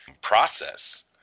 process